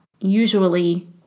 usually